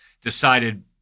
decided